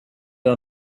are